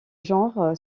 genre